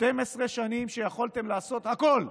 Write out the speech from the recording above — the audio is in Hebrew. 12 שנים, יכולתם לעשות הכול.